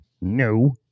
No